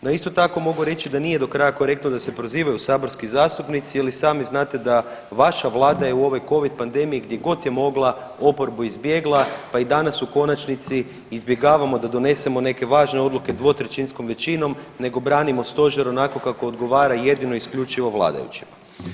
No isto tako mogu reći da nije do kraja korektno da se prozivaju saborski zastupnici jel i sami znati da je vaša Vlada u ovoj covid pandemiji gdje god je mogla oprbu izbjegla pa i danas u konačnici izbjegavamo da donesemo neke važne odluke dvotrećinskom većinom nego branimo stožer onako kako odgovara jedino i isključivo vladajućima.